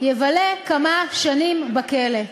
יבלה כמה שנים בכלא.